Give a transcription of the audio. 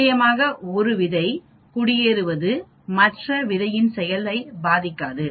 நிச்சயமாக 1 விதைகுடியேறுவது மற்ற விதைகளின் செயலை பாதிக்காது